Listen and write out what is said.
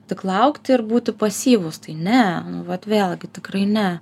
tik laukti ir būti pasyvūs tai ne nu vat vėlgi tikrai ne